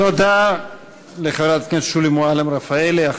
תודה לחברת הכנסת שולי מועלם-רפאלי.